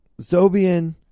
Zobian